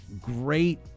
great